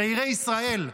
צעירי ישראל,